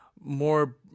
more